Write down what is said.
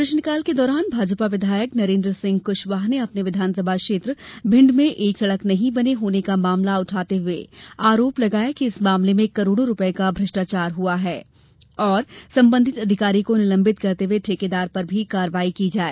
प्रश्नकाल के दौरान भाजपा विधायक नरेंद्र सिंह कुशवाह ने अपने विधानसभा क्षेत्र भिंड में एक सड़क नहीं बने होने का मामला उठाते हुए आरोप लगाया कि इस मामले में करोड़ों रुपए का भ्रष्टाचार हुआ है और संबंधित अधिकारी को निलंबित करते हुए ठेकेदार पर भी कार्रवाई की जाए